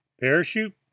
parachute